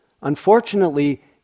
Unfortunately